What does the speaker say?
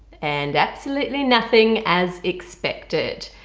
and absolutely nothing as expected.